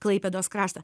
klaipėdos kraštą